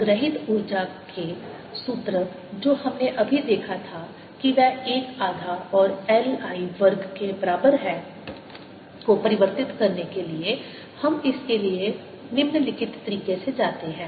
संग्रहीत ऊर्जा के सूत्र जो हमने अभी देखा था कि वह 1 आधा और L I वर्ग के बराबर है को परिवर्तित करने के लिए हम इसके लिए निम्नलिखित तरीके से जाते हैं